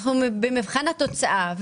ואנחנו במבחן התוצאה.